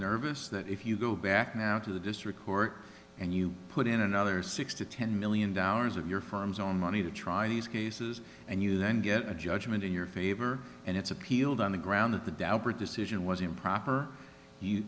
nervous that if you go back now to the district court and you put in another six to ten million dollars of your farm's own money to try these cases and you then get a judgment in your favor and it's appealed on the ground that the daubert decision was improper